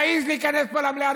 תעז להיכנס לפה למליאה,